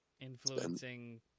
influencing